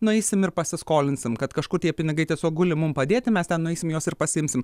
nueisim ir pasiskolinsim kad kažkur tie pinigai tiesiog guli mum padėti mes ten nueisim juos ir pasiimsim